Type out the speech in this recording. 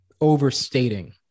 overstating